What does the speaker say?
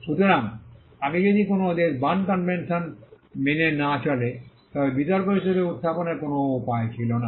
সুতরাং আগে যদি কোনও দেশ বার্ন কনভেনশন মেনে না চলে তবে বিতর্ক হিসাবে উত্থাপনের কোনও উপায়ই ছিল না